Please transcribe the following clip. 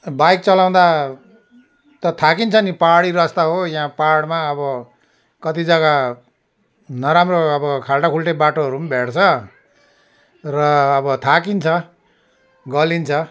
bike चलाउँदा त थाकिन्छ नि पहाडी रस्ता हो यहाँ पहाडमा अब कति जग्गा नराम्रो अब खाल्टा खुल्टी बाटोहरू पनि भेट्छ र अब थाकिन्छ गलिन्छ